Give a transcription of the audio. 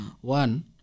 one